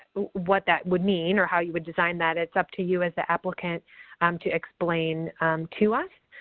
what that would mean or how you would design that. it's up to you as the applicant to explain to us